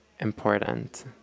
important